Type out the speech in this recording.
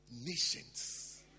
nations